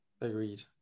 Agreed